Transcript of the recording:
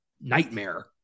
nightmare